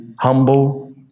humble